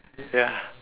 ya